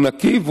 הוא נקי,